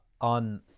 on